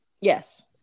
Yes